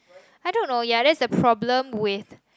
I don't know ya that's a problem with